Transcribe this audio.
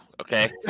okay